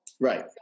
Right